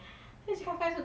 mm